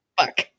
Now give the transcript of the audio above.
Fuck